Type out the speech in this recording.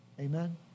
Amen